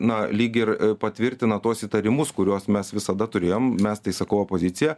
na lyg ir patvirtina tuos įtarimus kuriuos mes visada turėjom mes tai sakau opozicija